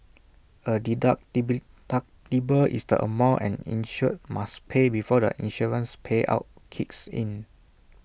A deduct is the amount an insured must pay before the insurance payout kicks in